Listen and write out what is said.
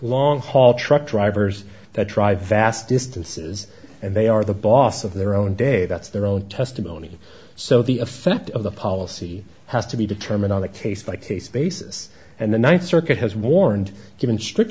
long haul truck drivers that drive vast distances and they are the boss of their own day that's their own testimony so the effect of the policy has to be determined on a case by case basis and the ninth circuit has warned given strict